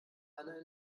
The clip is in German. einer